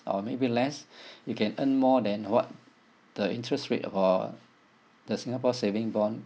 or maybe less you can earn more than what the interest rate of uh the singapore savings bond